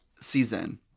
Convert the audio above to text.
season